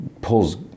pulls